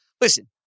listen